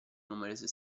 numerose